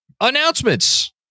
announcements